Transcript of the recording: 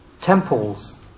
temples